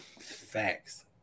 Facts